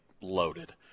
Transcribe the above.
loaded